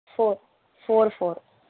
four four four